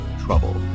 trouble